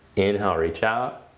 inhale reach out.